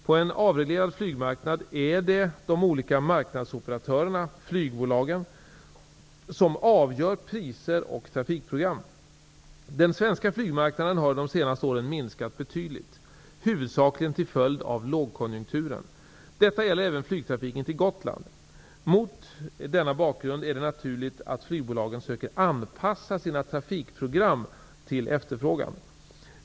På en avreglerad flygmarknad är det de olika marknadsoperatörerna -- flygbolagen -- som avgör priser och trafikprogram. Den svenska flygmarknaden har under de senaste åren minskat betydligt, huvudsakligen till följd av lågkonjunkturen. Detta gäller även flygtrafiken till Gotland. Mot denna bakgrund är det naturligt att flygbolagen söker anpassa sina trafikprogram till efterfrågan.